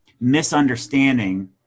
misunderstanding